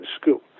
school